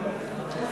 ועדת